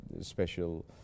special